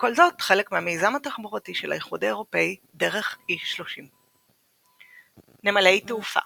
וכל זאת חלק מהמיזם התחבורתי של האיחוד האירופאי "דרך E30". נמלי תעופה